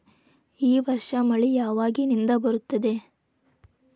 ಈ ವರ್ಷ ಮಳಿ ಯಾವಾಗಿನಿಂದ ಬರುತ್ತದೆ?